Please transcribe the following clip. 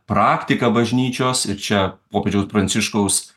praktika bažnyčios ir čia popiežiaus pranciškaus